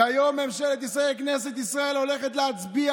יושבים על הכתפיים של חברי כנסת שאתם בעצמכם